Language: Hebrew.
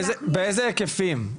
באיזה היקפים?